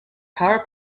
power